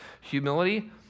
Humility